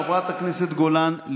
חברת הכנסת גולן,